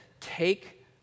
take